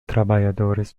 trabalhadores